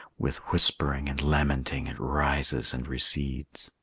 with whispering and lamenting it rises and recedes.